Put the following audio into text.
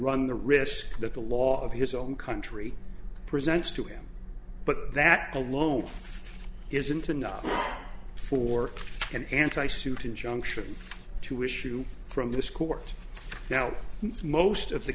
run the risk that the law of his own country presents to em but that alone isn't enough for an anti suit injunction to issue from this court now most of the